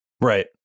right